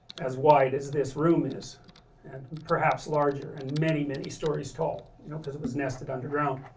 as wide as this room is and perhaps larger and many, many, story's tall, you know because it was nested underground